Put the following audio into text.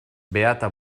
beata